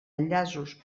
enllaços